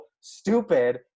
stupid